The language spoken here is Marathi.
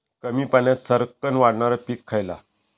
कमी पाण्यात सरक्कन वाढणारा पीक खयला?